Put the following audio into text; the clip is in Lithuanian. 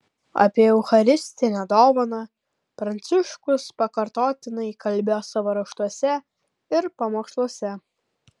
apie eucharistinę dovaną pranciškus pakartotinai kalbėjo savo raštuose ir pamoksluose